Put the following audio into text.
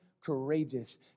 courageous